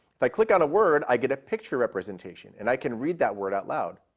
if i click on a word, i get a picture representation, and i can read that word out loud.